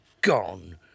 gone